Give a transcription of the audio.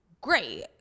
great